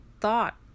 thought